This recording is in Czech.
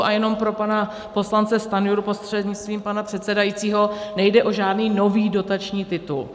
A jenom pro pana poslance Stanjuru prostřednictvím pana předsedajícího, nejde o žádný nový dotační titul.